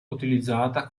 utilizzata